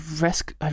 risk